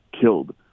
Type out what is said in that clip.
killed